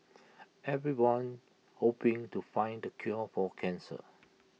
everyone hoping to find the cure for cancer